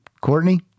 courtney